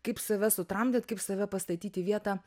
kaip save sutramdyt kaip save pastatyt į vietą